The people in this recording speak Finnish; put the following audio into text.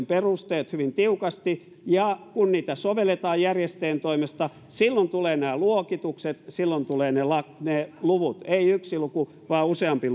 perusteet hyvin tiukasti ja kun niitä sovelletaan järjestäjän toimesta silloin tulevat nämä luokitukset silloin tulevat ne luvut ei yksi luku vaan useampi